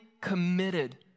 committed